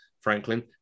Franklin